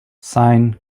sine